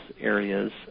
areas